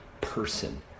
person